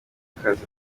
akazi